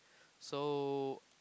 so